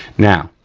now,